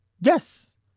yes